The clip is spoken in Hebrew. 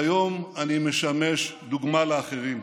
והיום אני משמש דוגמה לאחרים.